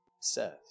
says